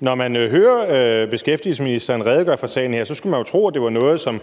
når man hører beskæftigelsesministeren redegøre for sagen her, skulle man jo tro, at det var noget, som